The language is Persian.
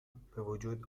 بوجود